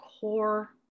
core